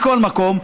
מכל מקום,